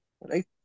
Right